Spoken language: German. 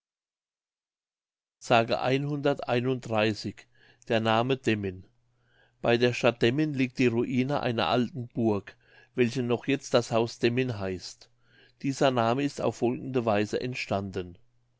der name demmin bei der stadt demmin liegt die ruine einer alten burg welche noch jetzt das haus demmin heißt dieser name ist auf folgende weise entstanden